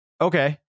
Okay